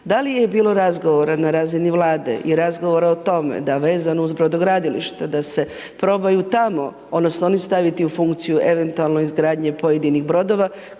da li je bilo razgovora na razini Vlade i razgovora o tome da vezano uz brodogradilišta, da se probaju tamo odnosno oni staviti u funkciju, eventualno izgradnje pojedinih brodova,